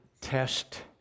test